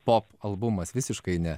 pop albumas visiškai ne